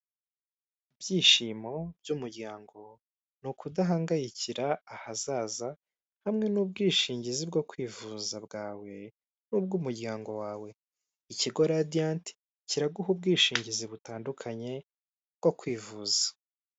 Ibyishimo by'umuryango ni ukudahangayikira ahazaza hamwe n'ubwishingizi bwo kwivuza bwawe n'ubw'umuryango wawe, ikigo radiyanti kiraguha ubwishingizi butandukanye bwo kwivuza.